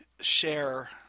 share